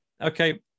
okay